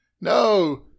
no